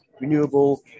renewable